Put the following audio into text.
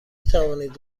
توانید